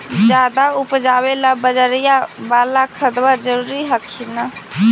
ज्यादा उपजाबे ला बजरिया बाला खदबा जरूरी हखिन न?